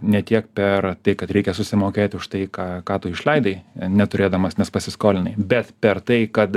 ne tiek per tai kad reikia susimokėt už tai ką ką tu išleidai neturėdamas nes pasiskolinai bet per tai kad